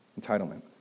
Entitlement